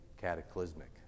cataclysmic